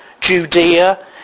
Judea